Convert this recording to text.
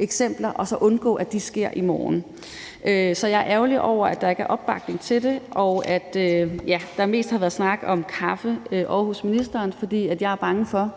eksempler, så vi kunne undgå, at de sker i morgen. Så jeg er ærgerlig over, at der ikke er opbakning til det, og at der mest har været snakket om kaffe ovre hos ministeren, for jeg er bange for, at